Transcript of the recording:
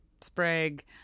Sprague